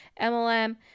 MLM